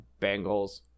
Bengals